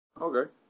okay